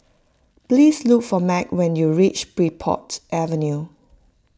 please look for Meg when you reach Bridport Avenue